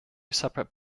separate